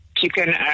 Chicken